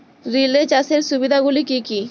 Relay চাষের সুবিধা গুলি কি কি?